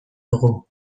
dugu